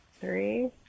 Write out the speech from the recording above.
Three